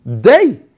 Day